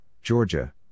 Georgia